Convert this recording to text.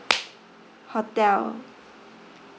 hotel